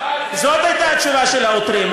זאת הייתה התשובה של העותרים,